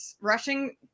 rushing